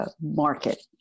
market